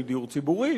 של דיור ציבורי,